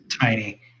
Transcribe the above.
tiny